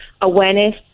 awareness